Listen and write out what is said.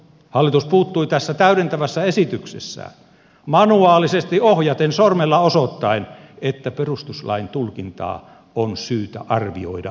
hallitus puuttui tässä täydentävässä esityksessään manuaalisesti ohjaten sormella osoittaen että perustuslain tulkintaa on syytä arvioida uudelleen